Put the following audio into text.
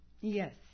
Yes